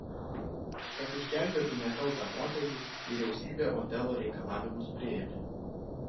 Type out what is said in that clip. kad išgelbėtų nekaltą moterį vyriausybė otelo reikalavimus priėmė